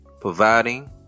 providing